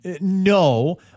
no